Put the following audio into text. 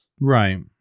Right